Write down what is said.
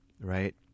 right